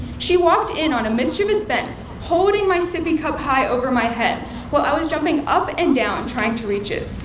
she walked in on a mischievous ben holding my sippy cup over my head while i was jumping up and down trying to reach it.